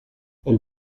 elle